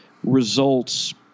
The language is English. results